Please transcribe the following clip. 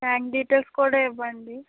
bank details కూడా ఇవ్వండి